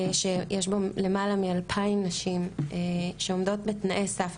יש בו למעלה מ-2,000 נשים שעומדות בתנאי סף.